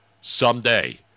someday